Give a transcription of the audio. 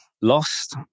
lost